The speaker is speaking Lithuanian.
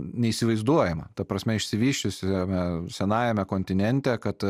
neįsivaizduojama ta prasme išsivysčiusiame senajame kontinente kad